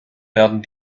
werden